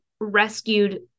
rescued